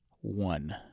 one